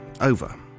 over